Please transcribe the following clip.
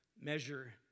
measure